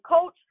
coach